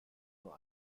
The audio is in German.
nur